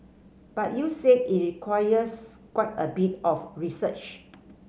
but you said it requires quite a bit of research